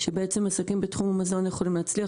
שעסקים בתחום המזון יכולים להצליח.